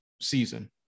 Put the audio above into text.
season